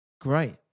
Great